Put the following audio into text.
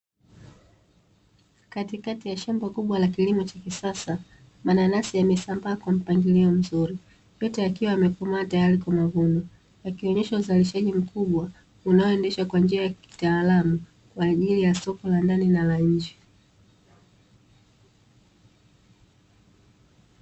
Katikati ya shamba kubwa la kilimo cha kisasa, mananasi yamesambaa kwa mpangilio mzuri yote yakiwa yamekomaa tayari kwa mavuno, yakionesha uzalishaji mkubwa unaoendeshwa kwa njia ya kitaalamu, kwaajili ya soko la ndani na la nje.